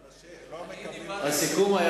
אנשים לא מקבלים כסף.